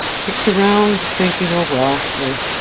kicked around, thinking oh, well,